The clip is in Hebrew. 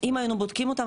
שאם היינו בודקים אותם,